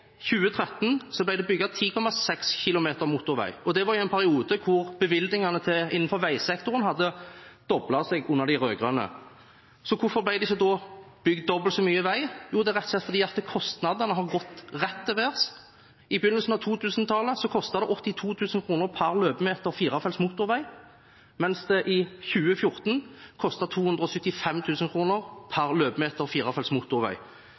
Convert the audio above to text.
2013 ble det bygd 10,6 km motorvei, og det var i en periode da bevilgningene innenfor veisektoren hadde doblet seg, under de rød-grønne. Hvorfor ble det ikke da bygd dobbelt så mye vei? Det er rett og slett fordi kostnadene har gått rett til værs. I begynnelsen av 2000-tallet kostet det 82 000 kr per løpemeter firefelts motorvei, mens det i 2014 kostet 275 000 kr per løpemeter firefelts motorvei.